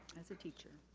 as a teacher.